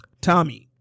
Tommy